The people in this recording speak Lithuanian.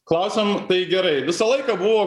klausiam tai gerai visą laiką buvo